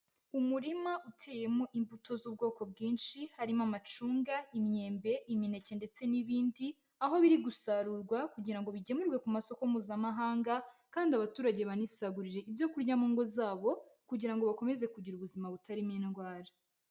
Umurima uteyemo imbuto z'ubwoko bwinshi, harimo amacunga, imyembe, imineke ndetse n'ibindi, aho biri gusarurwa kugira ngo bigemurwe ku masoko mpuzamahanga kandi abaturage banisagurire ibyo kurya mu ngo zabo kugira ngo bakomeze kugira ubuzima butarimo indwara.